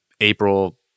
April